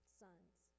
sons